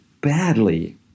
badly